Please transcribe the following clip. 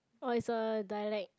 oh it's a dialect